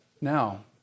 now